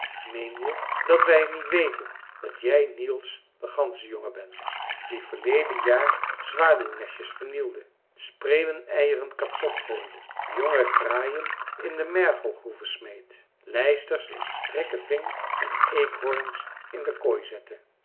meen je dat wij niet weten dat jij niels de ganzenjongen bent die verleden jaar zwaluwnestjes vernielde spreeuweneieren kapot gooide jonge kraaien in de mergelgroeve smeet lijsters in strikken ving en eekhoorns in de kooi zette